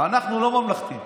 אנחנו לא ממלכתיים.